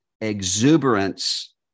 exuberance